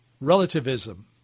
relativism